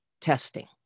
testing